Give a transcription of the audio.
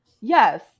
yes